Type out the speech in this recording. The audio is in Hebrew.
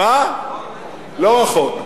לא רחוק.